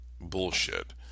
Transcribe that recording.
bullshit